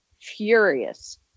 furious